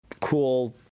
Cool